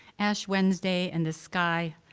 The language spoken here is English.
ash wednesday, and the sky,